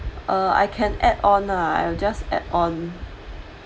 uh I can add on lah I'll just add on